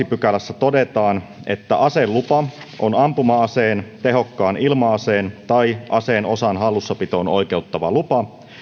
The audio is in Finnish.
pykälässä todetaan aselupa on ampuma aseen tehokkaan ilma aseen tai aseen osan hallussapitoon oikeuttava lupa